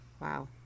Wow